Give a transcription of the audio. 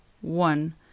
One